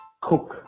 cook